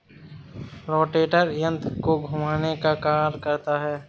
rotator यन्त्र को घुमाने का कार्य करता है